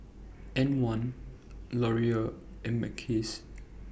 M one Laurier and Mackays